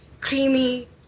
creamy